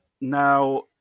now